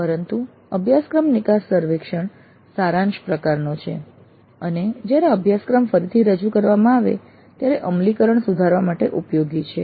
પરંતુ અભ્યાસક્રમ નિકાસ સર્વેક્ષણ સારાંશ પ્રકારનો છે અને જ્યારે અભ્યાસક્રમ ફરીથી રજૂ કરવામાં આવે ત્યારે અમલીકરણ સુધારવા માટે ઉપયોગી છે